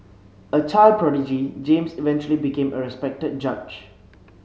a child prodigy James eventually became a respected judge